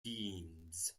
beams